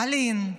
מלין,